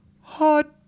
Hot